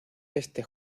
este